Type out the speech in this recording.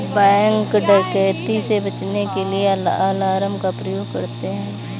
bank डकैती से बचने के लिए अलार्म का प्रयोग करते है